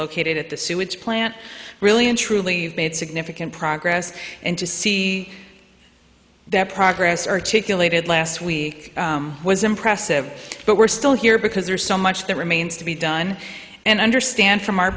located at the sewage plant really and truly made significant progress and to see that progress articulated last week was impressive but we're still here because there's so much that remains to be done and understand from our